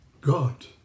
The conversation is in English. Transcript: God